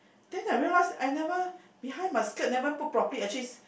then I realize I never behind my skirt never put properly actually is